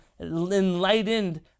enlightened